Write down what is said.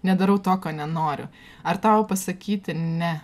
nedarau to ko nenoriu ar tau pasakyti ne